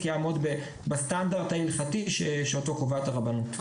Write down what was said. יעמוד בסטנדרט ההלכתי שאותו קובעת הרבנות.